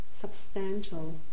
substantial